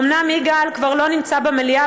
אומנם יגאל כבר לא נמצא במליאה,